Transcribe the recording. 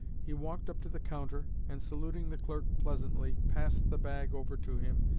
he walked up to the counter, and, saluting the clerk pleasantly, passed the bag over to him,